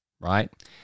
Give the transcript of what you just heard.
Right